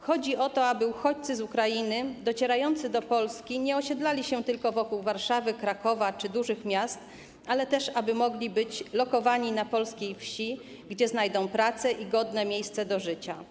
Chodzi o to, aby uchodźcy z Ukrainy docierający do Polski nie osiedlali się tylko wokół Warszawy, Krakowa czy dużych miast, ale też aby mogli być lokowani na polskiej wsi, gdzie znajdą pracę i godne miejsce do życia.